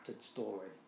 story